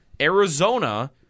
Arizona